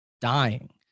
dying